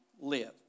live